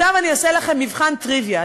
עכשיו אני אעשה לכם מבחן טריוויה.